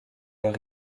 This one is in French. leur